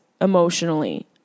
emotionally